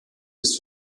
bis